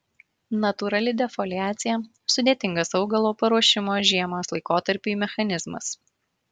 natūrali defoliacija sudėtingas augalo paruošimo žiemos laikotarpiui mechanizmas